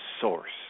source